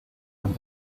and